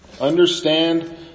Understand